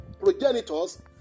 progenitors